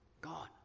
God